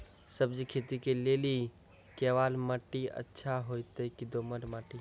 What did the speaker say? सब्जी खेती के लेली केवाल माटी अच्छा होते की दोमट माटी?